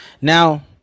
Now